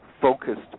focused